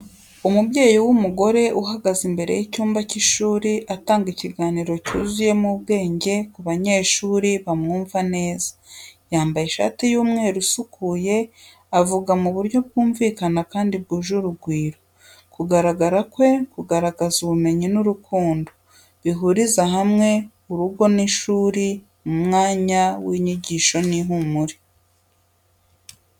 Umubyeyi w’umugore ahagaze imbere y’icyumba cy’ishuri, atanga ikiganiro cyuzuyemo ubwenge ku banyeshuri bamwumva neza. Yambaye ishati y’umweru isukuye, avuga mu buryo bwumvikana kandi bwuje urugwiro. Kugaragara kwe kugaragaza ubumenyi n’urukundo, bihuriza hamwe urugo n’ishuri mu mwanya w’inyigisho n’ihumure.